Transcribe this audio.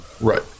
Right